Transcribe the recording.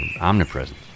omnipresent